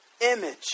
image